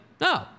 no